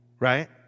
Right